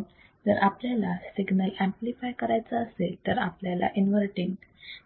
पण जर आपल्याला सिग्नल एंपलीफाय करायचा असेल तर आपल्याला इन्वर्तींग